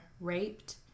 raped